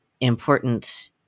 important